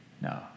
No